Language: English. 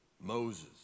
Moses